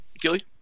Gilly